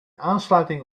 aansluiting